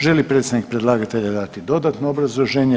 Želi li predstavnik predlagatelja dati dodatno obrazloženje?